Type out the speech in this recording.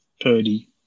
Purdy